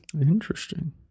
Interesting